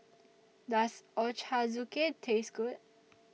Does Ochazuke Taste Good